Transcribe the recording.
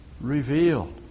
revealed